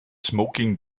smoking